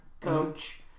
coach